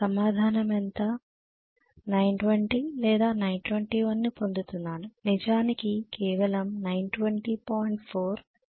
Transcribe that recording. సమాధానం ఎంత 920 లేదా 921 ను పొందుతున్నాను నిజానికి కేవలం 920